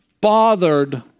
bothered